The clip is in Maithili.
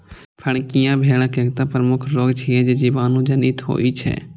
फड़कियां भेड़क एकटा प्रमुख रोग छियै, जे जीवाणु जनित होइ छै